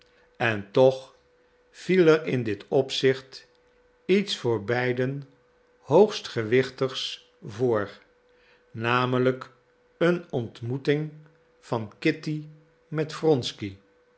en toch viel er in dit opzicht iets voor beiden hoogst gewichtigs voor namelijk een ontmoeting van kitty met wronsky